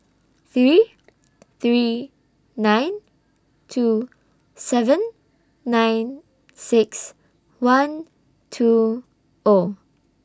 three three nine two seven nine six one two O